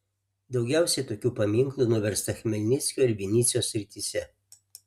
daugiausiai tokių paminklų nuversta chmelnyckio ir vinycios srityse